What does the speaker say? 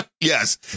Yes